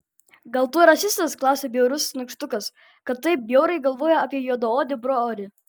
gal tu rasistas klausia bjaurus nykštukas kad taip bjauriai galvoji apie juodaodį brolį